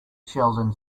sheldon